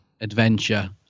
adventure